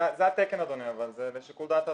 לא קיימנו שיח עם מינהל הכנסות המדינה בנוגע להוראת המעבר.